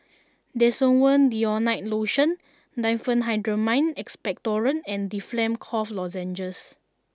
Desowen Desonide Lotion Diphenhydramine Expectorant and Difflam Cough Lozenges